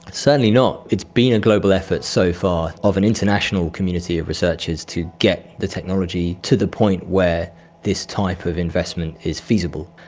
certainly not. it's been a global effort so far of an international community of researchers to get the technology to the point where this type of investment is feasible.